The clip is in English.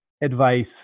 advice